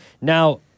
Now